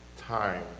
time